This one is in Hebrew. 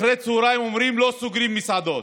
אחרי הצוהריים אומרים: לא סוגרים מסעדות.